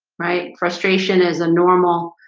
right? frustration is a normal